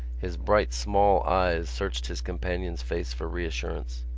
his bright, small eyes searched his companion's face for reassurance.